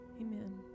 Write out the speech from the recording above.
amen